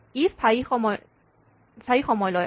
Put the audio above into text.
ই স্হায়ী সময় লয়